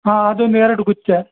ಹಾಂ ಅದೊಂದು ಎರಡು ಗುಚ್ಛ